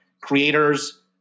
creators